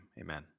amen